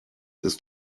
ist